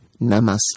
Namaste